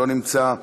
לא נמצא,